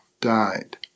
died